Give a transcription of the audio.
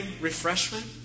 refreshment